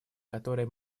которое